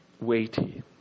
weighty